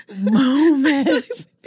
moment